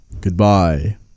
goodbye